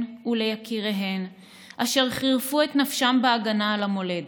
וליקיריהן אשר חירפו את נפשם בהגנה על המולדת,